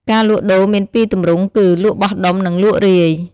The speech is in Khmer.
ការលក់ដូរមានពីរទម្រង់គឺ លក់បោះដុំ និងលក់រាយ។